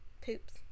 poops